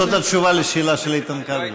זאת התשובה על השאלה של איתן כבל.